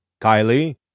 Kylie